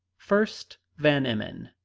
first van emmon,